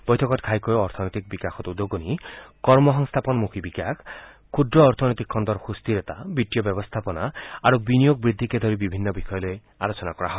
বৈঠকত ঘাইকৈ অৰ্থনৈতিক বিকাশত উদগণি কৰ্মসংস্থাপনমুখী বিকাশ ক্ষুদ্ৰ অৰ্থনৈতিক খণ্ডৰ সুস্থিৰতা বিত্তীয় ব্যৱস্থাপনা আৰু বিনিয়োগ বৃদ্ধিকে ধৰি বিভিন্ন বিষয় লৈ আলোচনা কৰা হয়